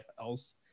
else